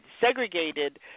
segregated